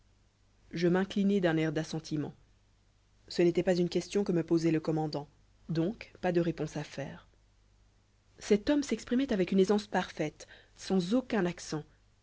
je m'inclinai d'un air d'assentiment ce n'était pas une question que me posait le commandant donc pas de réponse à faire cet homme s'exprimait avec une aisance parfaite sans aucun accent